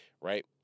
right